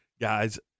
guys